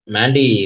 Mandy